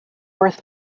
worth